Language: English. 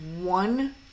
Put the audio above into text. one